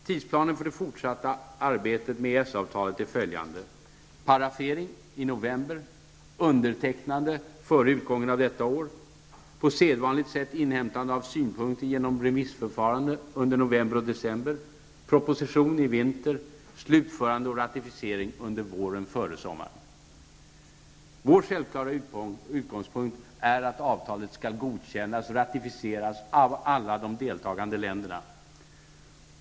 Tidsplanen för det fortsatta arbetet med EES-avtalet är följande: Vår självklara utgångspunkt är att avtalet skall godkännas och ratificeras av alla de deltagande länderna.